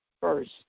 first